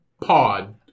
pod